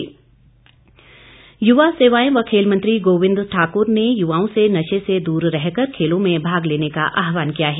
गोविंद ठाकुर युवा सेवाएं व खेल मंत्री गोविंद ठाकुर ने युवाओं से नशे से दूर रहकर खेलों में भाग लेने का आहवान किया है